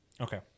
Okay